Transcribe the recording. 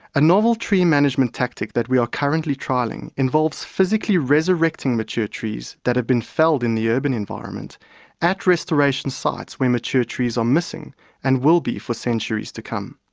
a novel tree management tactic that we are currently trialling involves physically resurrecting mature trees that have been felled in the urban environment at restoration sites where mature trees are missing and will be for centuries to come.